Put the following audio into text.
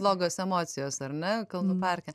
blogos emocijos ar ne kalnų parke